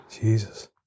Jesus